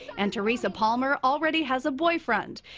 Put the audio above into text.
and teresa palmer already has a boyfriend.